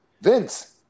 Vince